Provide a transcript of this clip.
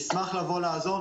נשמח לבוא ולעזור,